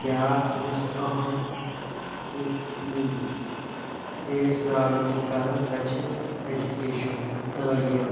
بیاکھ یۄس اَہم یہِ فیس پرابلِم چھ کَران سۄ چھِ ایٚجوکِیشَن تعلیم